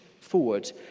forward